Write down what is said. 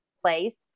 place